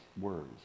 words